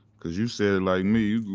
cause you said like me,